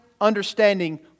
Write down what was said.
understanding